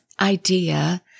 idea